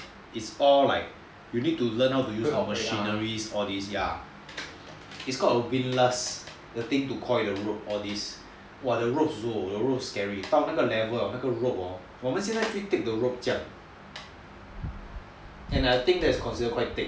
it's all like you need to know learn how to use your machineries all these it's called a weelust the thing to coil the rope all these !wah!the rope scary 我们现在用的 rope 是这样 and I think that's considered quite thick